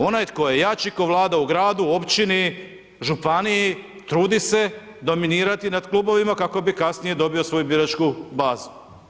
Onaj tko je jači, tko vlada u gradu, u općini, županiji, trudi se dominirati nad klubovima, kako bi kasnije dobio svoju biračku bazu.